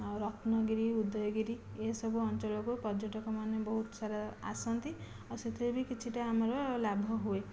ଆଉ ରତ୍ନଗିରି ଉଦୟଗିରି ଏହିସବୁ ଅଞ୍ଚଳକୁ ପର୍ଯ୍ୟଟକମାନେ ବହୁତ ସାରା ଆସନ୍ତି ଆଉ ସେଥିରେ ବି କିଛିଟା ଆମର ଲାଭ ହୁଏ